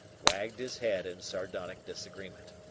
wagged his head in sardonic disagreement.